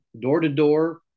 door-to-door